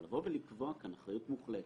אבל לקבוע כאן אחריות מוחלטת,